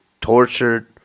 tortured